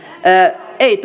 ei